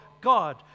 God